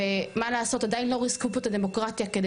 ומה לעשות עדיין לא ריסקו פה את הדמוקרטיה כדי